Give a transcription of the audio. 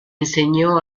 enseñó